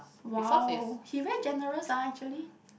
!wow! he very generous ah actually